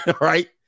Right